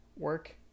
work